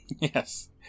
Yes